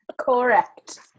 correct